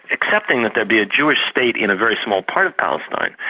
affecting that there'd be a jewish state in a very small part of palestine.